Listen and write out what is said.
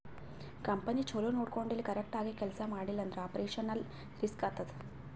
company ಛಲೋ ನೊಡ್ಕೊಂಡಿಲ್ಲ, correct ಆಗಿ ಕೆಲ್ಸಾ ಮಾಡ್ತಿಲ್ಲ ಅಂದುರ್ ಆಪರೇಷನಲ್ ರಿಸ್ಕ್ ಆತ್ತುದ್